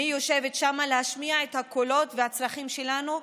מי יושבת שם להשמיע את הקולות והצרכים שלנו,